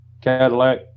cadillac